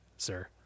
Sir